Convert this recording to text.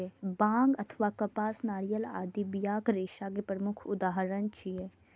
बांग अथवा कपास, नारियल आदि बियाक रेशा के प्रमुख उदाहरण छियै